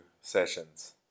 sessions